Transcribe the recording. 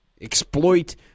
exploit